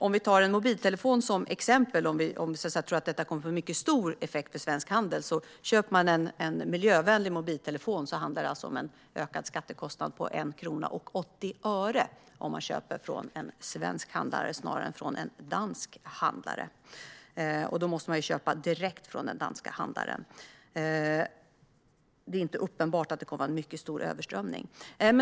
Låt oss ta en mobiltelefon som exempel, om man tror att det är något som kommer att få stor effekt på svensk handel. Det handlar alltså om en ökad skattekostnad på 1 krona och 80 öre om man köper en miljövänlig mobiltelefon från en svensk handlare snarare än från en dansk handlare. Då måste man också köpa direkt från den danska handlaren. Det är inte uppenbart att det kommer att vara en mycket stor överströmning.